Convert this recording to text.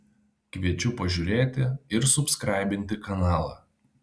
kviečiu pažiūrėti ir subskraibinti kanalą